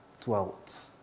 dwelt